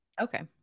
Okay